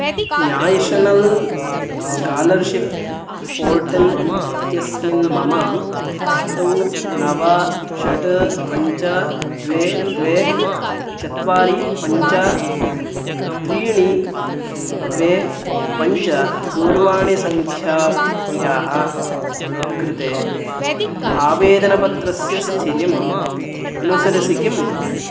national scholarship portal इत्यस्मिन् मम अष्टौ नव षट् पञ्च द्वे द्वे चत्वारि पञ्च त्रीणि द्वे पञ्च दूरवाणीसङ्ख्यायाः कृते आवेदनपत्रस्य स्थितिम् अनुसरसि किम्